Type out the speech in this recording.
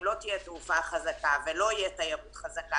אם לא תהייה תעופה חזקה ולא תהיה תיירות חזקה,